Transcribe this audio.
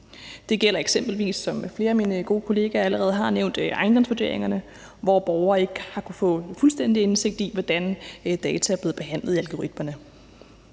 Det gælder eksempelvis, som flere af mine gode kollegaer allerede har nævnt, ejendomsvurderingerne, hvor borgere ikke har kunnet få fuldstændig indsigt i, hvordan data er blevet behandlet i algoritmerne.